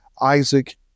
Isaac